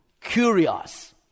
curious